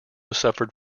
suffered